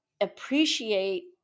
appreciate